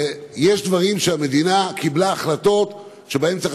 ויש דברים שהמדינה קיבלה בהם החלטות שצריך